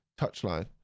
touchline